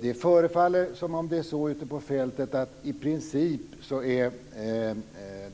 Det förefaller inte vara så ute på fältet. I princip är